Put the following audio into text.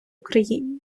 україні